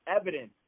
evidence